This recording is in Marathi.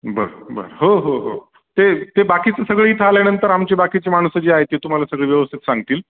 बरं बरं हो हो हो ते ते बाकीचं सगळी इथं आल्यानंतर आमची बाकीची माणसं जी आहेत ती तुम्हाला सगळं व्यवस्थित सांगतील